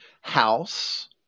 house